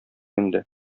инде